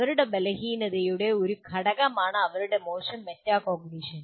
അവരുടെ ബലഹീനതയുടെ ഒരു ഘടകമാണ് അവരുടെ മോശം മെറ്റാകോഗ്നിഷൻ